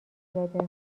نداده